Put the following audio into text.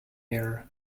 air